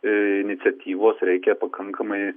iniciatyvos reikia pakankamai